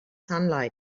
sunlight